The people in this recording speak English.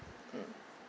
mm